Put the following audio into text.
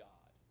God